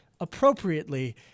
appropriately